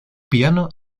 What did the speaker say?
piano